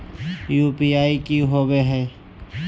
UPI की होवे हय?